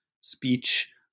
speech